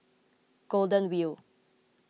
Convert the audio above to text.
Golden Wheel